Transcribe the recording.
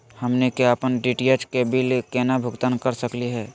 हमनी के अपन डी.टी.एच के बिल केना भुगतान कर सकली हे?